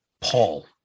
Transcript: Paul